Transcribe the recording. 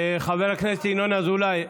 חבר הכנסת ינון אזולאי.